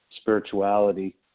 spirituality